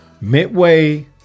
midway